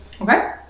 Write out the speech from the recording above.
Okay